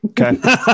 Okay